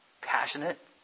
passionate